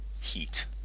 heat